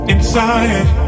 Inside